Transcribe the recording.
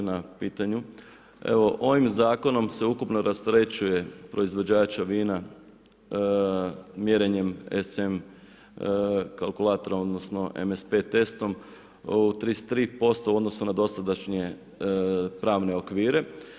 Evo ovim zakonom se ukupno rasterećuje proizvođače vina mjerenjem SM kalkulatora odnosno MS pet testom u 33% u odnosu na dosadašnje pravne okvire.